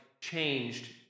changed